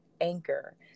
anchor